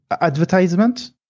advertisement